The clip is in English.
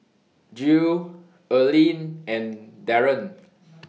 Jill Erlene and Daron